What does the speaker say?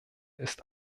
ist